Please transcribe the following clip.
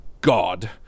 god